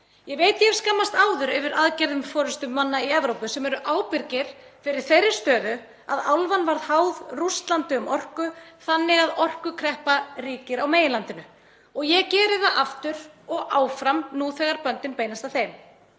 Ég veit að ég hef skammast áður yfir aðgerðum forystumanna í Evrópu sem eru ábyrgir fyrir þeirri stöðu að álfan varð háð Rússlandi um orku þannig að orkukreppa ríkir nú á meginlandinu og ég geri það aftur og áfram nú þegar böndin beinast að þeim.